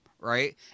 right